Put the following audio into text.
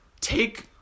Take